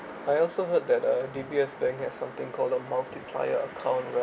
I also heard that uh D_B_S bank has something called a multiplier account right